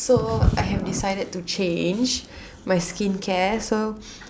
so I have decided to change my skincare so